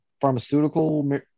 pharmaceutical